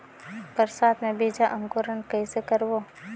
बरसात मे बीजा अंकुरण कइसे करबो?